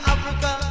Africa